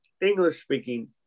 English-speaking